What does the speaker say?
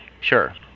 Sure